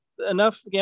enough